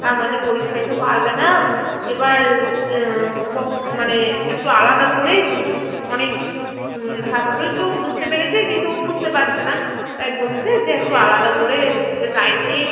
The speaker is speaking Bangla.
তা নইলে পরীক্ষায় তো পারবে না এবার ক মানে একটু আলাদা করেই বুঝি অনেক ছাত্রই তো বুঝতে পেরেছে কিন্তু ও বুঝতে পারছে না তাই বলছে যে একটু আলাদা করে ওকে টাইম দিন